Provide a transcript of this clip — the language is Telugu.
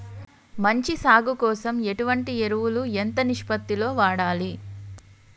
మంచి సాగు కోసం ఎటువంటి ఎరువులు ఎంత నిష్పత్తి లో వాడాలి?